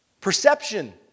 Perception